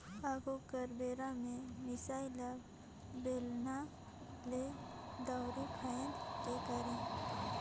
आघु कर बेरा में मिसाई ल बेलना ले, दंउरी फांएद के करे